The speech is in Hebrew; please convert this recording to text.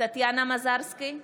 טטיאנה מזרסקי,